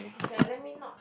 okay let me know